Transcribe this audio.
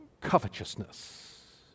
covetousness